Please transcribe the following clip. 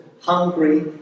hungry